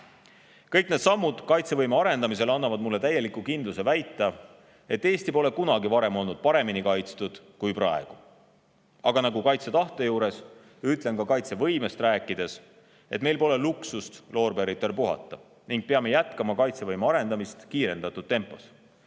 Kõik need sammud kaitsevõime arendamisel annavad mulle täieliku kindluse väita, et Eesti pole kunagi varem olnud paremini kaitstud kui praegu. Aga nagu kaitsetahte puhul, ütlen ka kaitsevõimest rääkides, et meil pole luksust loorberitel puhata ning me peame jätkama kaitsevõime arendamist kiirendatud tempos.